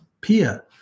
Pia